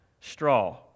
straw